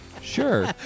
sure